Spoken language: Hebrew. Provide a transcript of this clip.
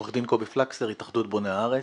עורך דין קובי פלקסר, התאחדות בוני הארץ.